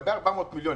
לגבי 400 מיליון,